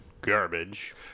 garbage